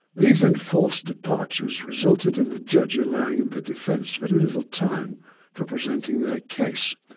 these enforced departures resulted in the judge allowing the defence very little time for presenting their case.